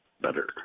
better